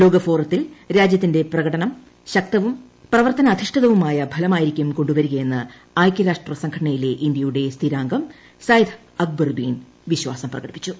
ലോകഫോറത്തിൽ രാജ്യത്തിന്റെ പ്രകടനം ശക്തവും പ്രവർത്തന അധിഷ്ഠിതവുമായ ഫലമായിരിക്കും കൊണ്ടുവരിക എന്ന് ഐക്യരാഷ്ട്രസംഘടനയിലെ ഇന്ത്യയുടെ സ്ഥിരാംഗം സയദ് അക്ബറുദ്ദീൻ വിശ്വാസം പ്രകടിപ്പിച്ചു